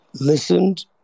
listened